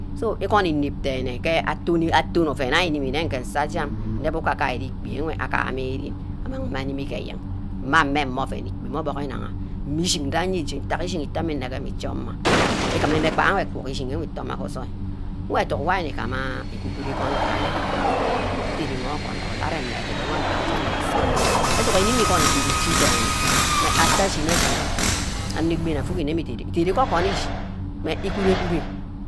So igun inep dene nne ke atoni atu oven woh ari genh sag jaghe nne ugagari ikpi wor enwe agama gee re amag mme animi gee eyen mmen mme gee oven ikpi mme obug inaghe, mme ishin gbang nne ije ntagha ishineh ntagha ameh ije isay amah itoma, igumi mmeh guw ishineh itoma gee ojoi wor edug wor arigamah igu-guru igon ga ayeah aderemeh gaa ogan ereme edunk nwami igam je anah isah educk inimi igon igod echi denne mmeh atte ashini ashini anor gbani aung nne idere idere igohorn ishi mme kure kure